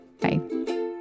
Bye